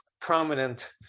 prominent